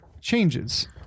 changes